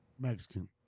Mexican